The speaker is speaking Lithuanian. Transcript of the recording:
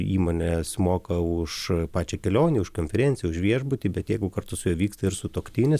įmonės moka už pačią kelionę už konferenciją už viešbutį bet jeigu kartu su juo vyksta ir sutuoktinis